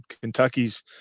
Kentucky's